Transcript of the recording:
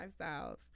lifestyles